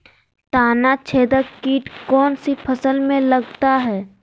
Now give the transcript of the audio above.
तनाछेदक किट कौन सी फसल में लगता है?